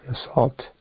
assault